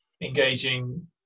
engaging